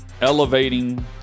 elevating